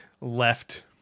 left